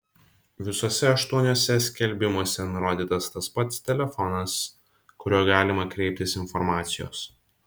visuose aštuoniuose skelbimuose nurodytas tas pats telefonas kuriuo galima kreiptis informacijos